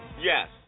Yes